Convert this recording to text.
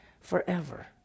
forever